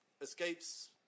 escapes